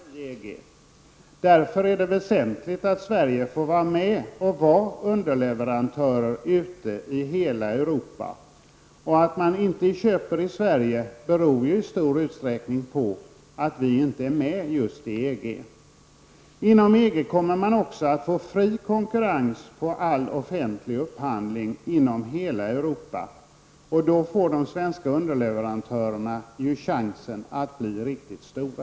Herr talman! Jag vill bara konstatera att Krister Skånberg nu skildrade den situation som råder i Sverige i dag med de bekymmer som uppstår när vi inte är fullvärdiga medlemmar i EG. Därför är det väsentligt att Sverige får vara med och vara underleverantörer ute i hela Europa. Att man inte köper från Sverige beror i stor utsträckning just på att vi inte är medlemmar i EG. Inom EG kommer också konkurrensen på all fri offentlig upphandling att bli fri inom hela området. Då får ju de svenska underleverantörerna chans att bli riktigt stora.